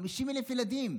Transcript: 50,000 ילדים.